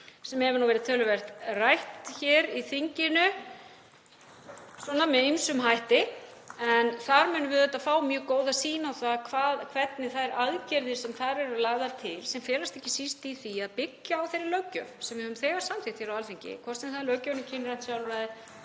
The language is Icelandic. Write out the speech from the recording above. sem hefur nú verið töluvert rædd hér í þinginu með ýmsum hætti. Þar munum við fá mjög góða sýn á það hvernig þær aðgerðir sem þar eru lagðar til, sem felast ekki síst í því að byggja á þeirri löggjöf sem við höfum þegar samþykkt hér á Alþingi, hvort sem það er löggjöfin um kynrænt sjálfræði